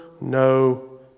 No